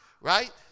Right